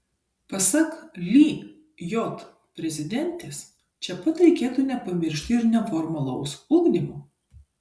pasak lijot prezidentės čia pat reikėtų nepamiršti ir neformalaus ugdymo